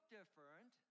different